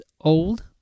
old